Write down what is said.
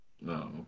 No